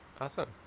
Awesome